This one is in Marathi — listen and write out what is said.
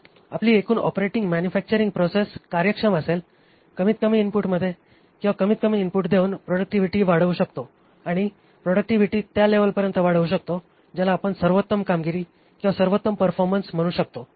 तर आपली एकूण ऑपरेटिंग मॅनुफॅक्चरिंग प्रोसेस कार्यक्षम असेल कमीतकमी इनपुटमध्ये किंवा कमीतकमी इनपुट देऊन प्रॉडक्टिव्हिटी वाढवू शकतो आणि प्रॉडक्टिव्हिटी त्या लेवलपर्यंत वाढवू शकतो ज्याला आपण सर्वोत्तम कामगिरी किंवा सर्वोत्तम परफॉर्मन्स म्हणू शकतो